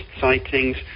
sightings